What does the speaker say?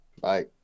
bye